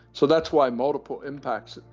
so that's why multiple impacts,